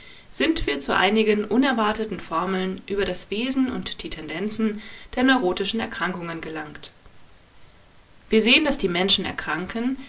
sind wir zu einigen unerwarteten formeln über das wesen und die tendenzen der neurotischen erkrankungen gelangt wir sehen daß die menschen erkranken